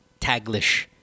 taglish